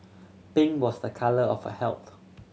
pink was a colour of health